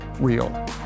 real